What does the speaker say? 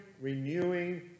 renewing